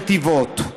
נתיבות,